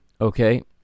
okay